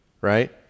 right